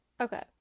okay